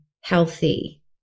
healthy